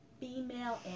Female